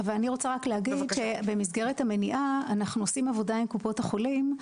אבל אני רוצה להגיד שבמסגרת המניעה אנחנו עושים עבודה עם קופות החולים,